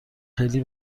خیلی